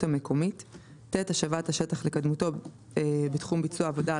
המקומית ; (ט)השבת השטח לקדמותו בתחום ביצוע העבודה,